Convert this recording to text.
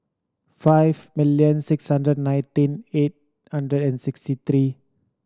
five millon six hundred nineteen eight hundred and sixty three